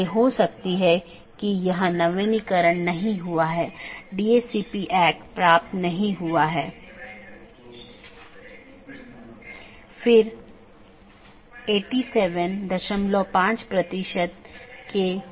तीसरा वैकल्पिक सकर्मक है जो कि हर BGP कार्यान्वयन के लिए आवश्यक नहीं है